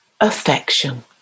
Affection